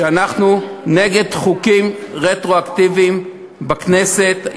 שאנחנו נגד חוקים רטרואקטיביים בכנסת.